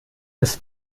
des